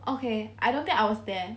okay I don't think I was there